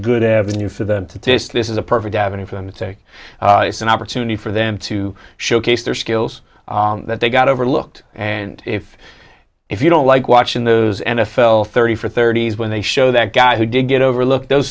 good avenue for them to just this is a perfect avenue for them to take it's an opportunity for them to showcase their skills that they got overlooked and if if you don't like watching those n f l thirty four thirty s when they show that guy who did get overlooked those